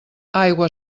aigua